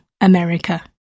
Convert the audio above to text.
America